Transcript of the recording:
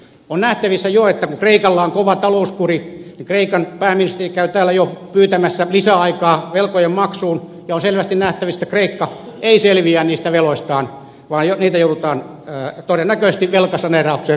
on nähtävissä jo että kun kreikalla on kova talouskuri niin kreikan pääministeri käy täällä jo pyytämässä lisäaikaa velkojen maksuun ja on selvästi nähtävissä että kreikka ei selviä niistä veloistaan vaan todennäköisesti kreikka joutuu velkasaneeraukseen